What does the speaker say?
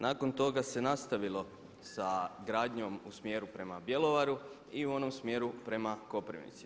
Nakon toga se nastavilo sa gradnjom u smjeru prema Bjelovaru i u onom smjeru prema Koprivnici.